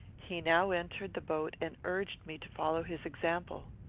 he now entered the boat and urged me to follow his example.